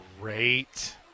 great